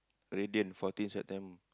Radiant fourteen September